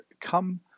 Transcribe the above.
come